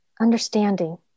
understanding